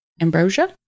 ambrosia